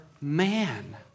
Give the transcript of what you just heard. man